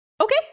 Okay